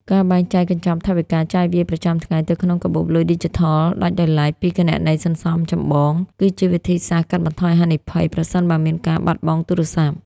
ការបែងចែកកញ្ចប់ថវិកាចាយវាយប្រចាំថ្ងៃទៅក្នុងកាបូបលុយឌីជីថលដាច់ដោយឡែកពីគណនីសន្សំចម្បង គឺជាវិធីសាស្ត្រកាត់បន្ថយហានិភ័យប្រសិនបើមានការបាត់បង់ទូរស័ព្ទ។